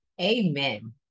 Amen